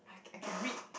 I can read